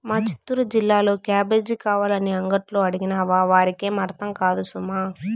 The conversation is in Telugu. మా చిత్తూరు జిల్లాలో క్యాబేజీ కావాలని అంగట్లో అడిగినావా వారికేం అర్థం కాదు సుమా